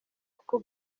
kuko